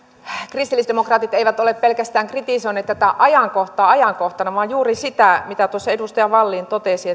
kristillisdemokraatit eivät ole pelkästään kritisoineet tätä ajankohtaa ajankohtana vaan juuri sitä mitä tuossa edustaja wallin totesi